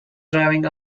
driving